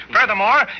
Furthermore